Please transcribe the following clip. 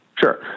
Sure